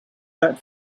that